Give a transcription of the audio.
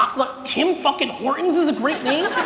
um look, tim fucking horton's is a great name?